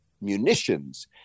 munitions